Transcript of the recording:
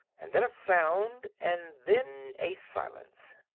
and then a sound, and then a silence.